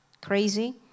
crazy